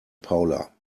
paula